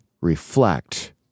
reflect